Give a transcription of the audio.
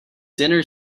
dinner